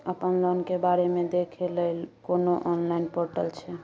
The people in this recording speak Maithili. अपन लोन के बारे मे देखै लय कोनो ऑनलाइन र्पोटल छै?